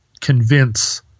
convince